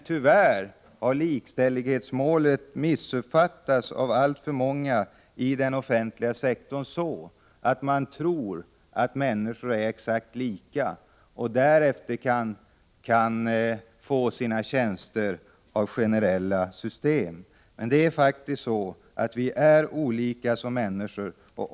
Tyvärr har detta mål av alltför många i " den offentliga sektorn missuppfattats så att de tror att människor är exakt lika " och att de tjänster de ger därför kan utformas efter generella system. Men det är faktiskt så att vi är olika som människor.